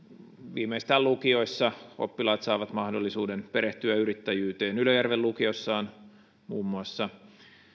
viimeistään lukioissa oppilaat saavat mahdollisuuden perehtyä yrittäjyyteen ylöjärven lukiossa on muun muassa